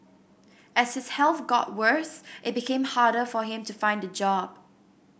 as his health got worse it became harder for him to find a job